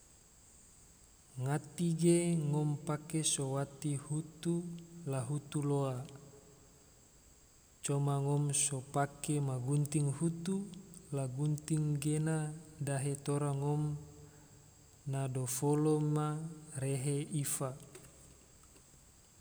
Ngati ge ngom pake so wati hutu la hutu loa, coma ngom so pake ma gunting hutu la gunting gena dahe tora ngom na dofola ma rehe ifa